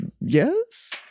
Yes